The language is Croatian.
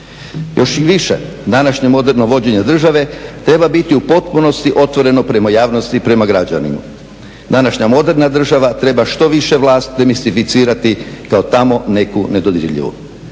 Još i više, današnje moderno vođenje države treba biti u potpunosti otvoreno prema javnosti i prema građanima. Današnja moderna država treba što više vlast demistificirati kao tamo neku nedodirljivu.